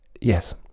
Yes